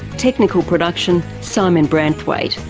technical production simon branthwaite,